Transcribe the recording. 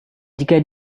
jika